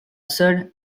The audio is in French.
seule